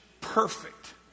Perfect